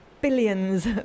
billions